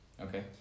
Okay